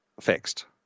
fixed